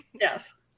Yes